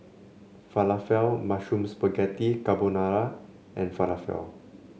Falafel Mushroom Spaghetti Carbonara and Falafel